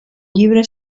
llibre